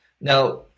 Now